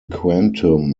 quantum